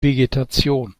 vegetation